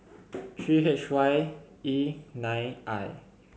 three H Y E nine I